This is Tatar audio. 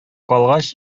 калгач